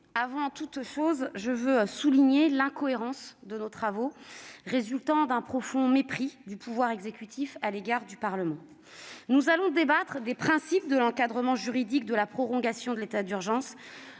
avant toute chose, je veux souligner l'incohérence de nos travaux, signe d'un profond mépris du pouvoir exécutif à l'égard du Parlement. Nous allons débattre des principes de l'encadrement juridique de la prorogation de l'état d'urgence,